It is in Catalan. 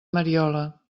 mariola